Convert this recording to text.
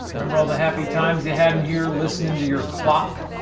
remember all the happy times you had in here listening to your clock?